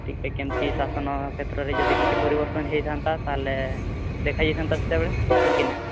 ଟିକେ କେମିତି ଶାସନ କ୍ଷେତ୍ରରେ ଯଦି କିଛି ପରିବର୍ତ୍ତନ ହୋଇଥାନ୍ତା ତାହାଲେ ଦେଖାଯାଇଥାନ୍ତା ସେତେବେଳେ ହଁ କି ନା